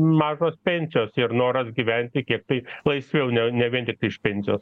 mažos pensijos ir noras gyventi kiek tai laisviau ne ne vien tiktai iš pensijos